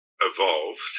evolved